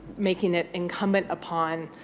making it incumbent upon